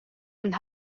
und